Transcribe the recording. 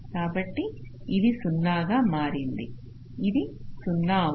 కాబట్టి ఇది 0 గా మారింది ఇది 0 అవుతుంది